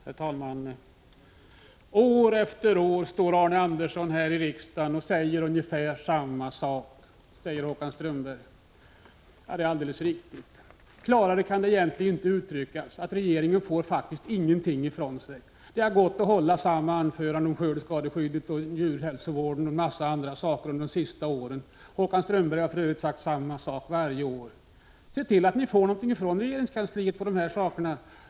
Herr talman! År efter år säger Arne Andersson samma sak här i riksdagen, påstår Håkan Strömberg. Det är alldeles riktigt. Klarare kan det egentligen inte uttryckas; regeringen får ingenting gjort på det här området. Det har varit möjligt att hålla samma anförande om skördeskade skyddet, djurhälsovården och en massa andra saker under de senaste åren. Håkan Strömberg har för övrigt också sagt samma sak varje år. Se till att ni får någonting ifrån er på regeringskansliet när det gäller de här sakerna!